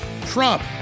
Trump